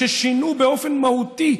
ששינו באופן מהותי,